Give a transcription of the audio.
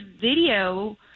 video